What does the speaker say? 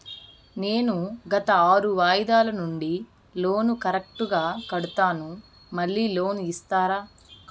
నేను గత ఆరు వాయిదాల నుండి లోను కరెక్టుగా కడ్తున్నాను, మళ్ళీ లోను ఇస్తారా?